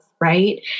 right